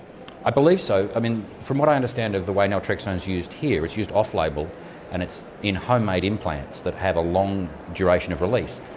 i believe so. um from what i understand of the way naltrexone is used here, it's used off-label and it's in homemade implants that have a long duration of release.